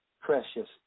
precious